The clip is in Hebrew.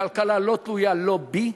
הכלכלה לא תלויה לא בי,